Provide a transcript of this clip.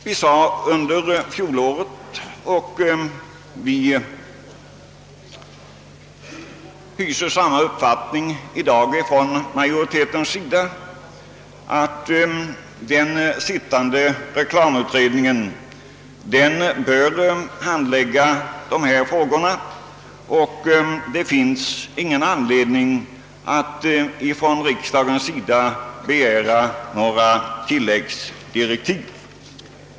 Vi inom majoriteten sade under fjolåret — och vi hyser samma uppfattning i dag — att den sittande reklamutredningen bör handlägga dessa frågor och att riksdagen inte har anledning att ge några tilläggsdirektiv.